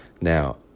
Now